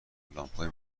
لامپهای